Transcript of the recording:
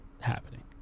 happening